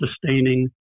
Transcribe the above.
sustaining